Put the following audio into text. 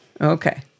Okay